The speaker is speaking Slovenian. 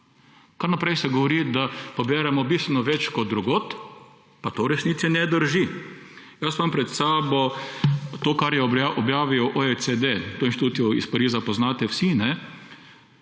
Kar naprej se govori, da poberemo bistveno več kot drugod, pa to v resnici ne drži. Pred sabo imam to, kar je objavil OECD, ta inštitut iz Pariza poznate vsi. Na